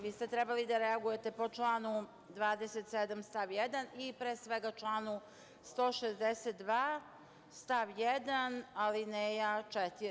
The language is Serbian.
Vi ste trebali da reagujete po članu 27. stav 1. i, pre svega, članu 162. stav 1. alineja 4)